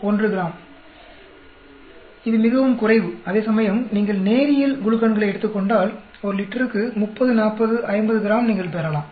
1 gram இது மிகவும் குறைவு அதேசமயம் நீங்கள் நேரியல் குளுக்கன்களை எடுத்துக் கொண்டால் ஒரு லிட்டருக்கு 30 40 50 கிராம் நீங்கள் பெறலாம்